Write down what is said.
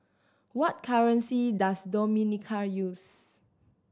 what currency does Dominica use